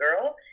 girl